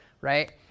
right